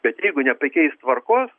bet jeigu nepakeis tvarkos